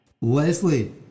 Leslie